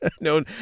No